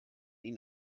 ihn